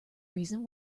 reason